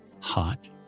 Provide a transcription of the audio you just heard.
hot